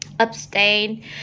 abstain